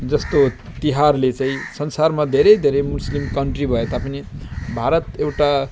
जस्तो तिहारले चाहिँ संसारमा धेरै धेरै मुस्लिम कन्ट्री भए तापनि भारत एउटा